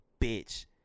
bitch